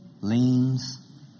leans